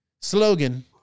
slogan